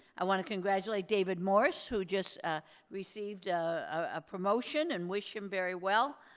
i want to congratulate david morris who just ah received a promotion and wish him very well.